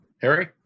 Harry